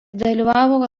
dalyvavo